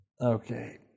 okay